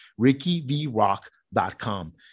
rickyvrock.com